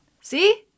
See